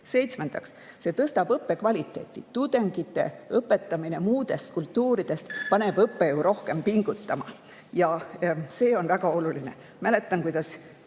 Seitsmendaks, see tõstab õppekvaliteeti. Tudengite õpetamine muudest kultuuridest paneb õppejõu rohkem pingutama ja see on väga oluline. Mäletan, kuidas